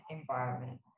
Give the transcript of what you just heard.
environment